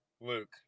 Luke